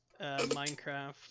Minecraft